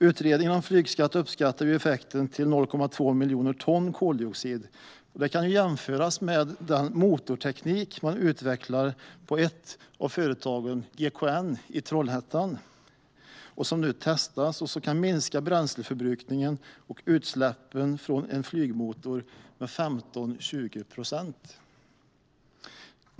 Utredningen om flygskatt uppskattar effekten till 0,2 miljoner ton koldioxid. Det kan jämföras med den motorteknik som ett företag i Trollhättan, GKN, nu utvecklar. Det testas nu och skulle innebära en minskning av bränsleförbrukning hos och utsläpp från en flygmotor med 15-20 procent.